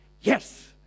yes